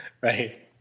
Right